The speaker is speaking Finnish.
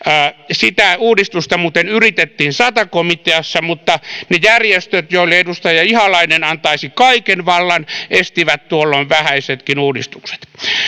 sitä uudistusta muuten yritettiin sata komiteassa mutta ne järjestöt joille edustaja ihalainen antaisi kaiken vallan estivät tuolloin vähäisetkin uudistukset